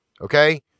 okay